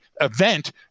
event